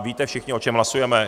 Víte všichni, o čem hlasujeme?